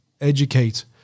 educate